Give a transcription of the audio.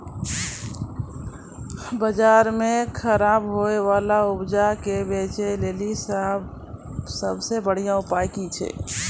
बजारो मे खराब होय बाला उपजा के बेचै लेली सभ से बढिया उपाय कि छै?